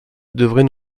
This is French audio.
devrait